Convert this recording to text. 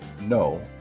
no